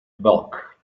bulk